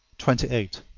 twenty eight.